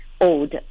old